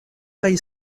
kaj